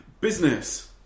business